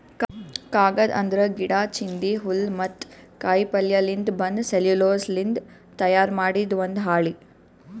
ಕಾಗದ್ ಅಂದ್ರ ಗಿಡಾ, ಚಿಂದಿ, ಹುಲ್ಲ್ ಮತ್ತ್ ಕಾಯಿಪಲ್ಯಯಿಂದ್ ಬಂದ್ ಸೆಲ್ಯುಲೋಸ್ನಿಂದ್ ತಯಾರ್ ಮಾಡಿದ್ ಒಂದ್ ಹಾಳಿ